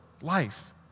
life